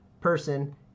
person